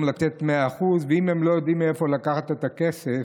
לתת 100%. ואם הם לא יודעים מאיפה לקחת את הכסף,